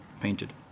painted